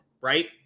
right